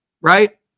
Right